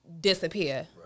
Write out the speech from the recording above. disappear